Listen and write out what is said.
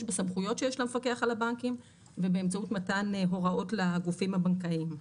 בסמכויות שיש למפקח על הבנקים ובאמצעות מתן הוראות לגופים הבנקאיים.